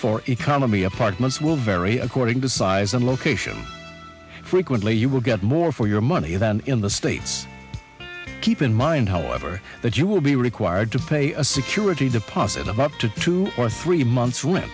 for economy apartments will vary according to size and location frequently you will get more for your money than in the states keep in mind however that you will be required to pay a security deposit of up to two or three months rent